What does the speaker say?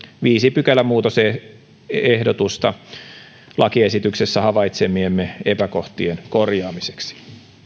viisi pykälämuutosehdotusta lakiesityksessä havaitsemiemme epäkohtien korjaamiseksi